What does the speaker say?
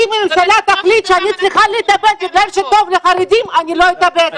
אם הממשלה רוצה שאני אתאבד אני לא אתאבד.